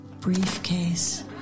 briefcase